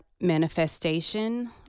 manifestation